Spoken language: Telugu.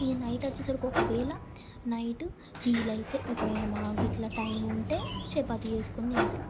ఇంకా నైట్ వచ్చేసరికి ఒకవేళ నైట్ వీలయితే ఒక వేల మాకు గిట్ల టైం ఉంటే చెపాతి చేసుకొని తింటాం